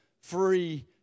free